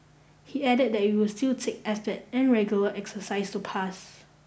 he added that it will still take effort and regular exercise to pass